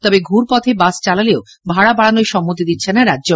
তবে ঘুরপথে বাস চালালেও ভাড়া বাড়ানোয় সম্মতি দিচ্ছে না রাজ্য